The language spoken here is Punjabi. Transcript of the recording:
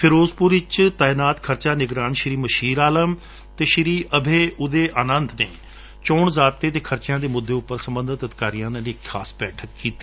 ਫਿਰੋਜਪੁਰ ਵਿੱਚ ਤਾਇਨਾਤ ਖਰਚਾ ਨਿਗਰਾਨ ਸ਼ੀ ਮਸ਼ੀਰ ਆਲਮ ਅਤੇ ਸ਼ੀ ਅਭੈਉਦੈ ਨੇ ਚੋਣ ਜਾਬਤੇ ਅਤੇ ਖਰਚਿਆਂ ਦੇ ਮੁੱਦੇ ਉਂਪਰ ਸਬੰਧਤ ਅਧਿਕਾਰੀਆਂ ਨਾਲ ਇੱਕ ਬੈਠਕ ਕੀਤੀ